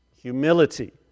humility